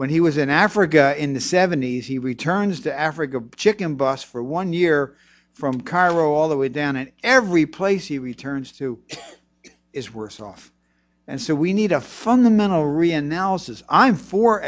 when he was in africa in the seventy's he returns to africa a chicken bus for one year from cairo all the way down it every place he returns to is worse off and so we need a fundamental